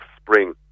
spring